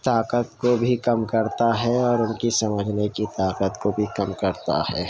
طاقت کو بھی کم کرتا ہے اور اُن کی سمجھنے کی طاقت کو بھی کم کرتا ہے